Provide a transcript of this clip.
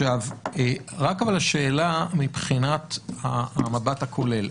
השאלה מבחינת המבט הכולל.